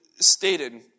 stated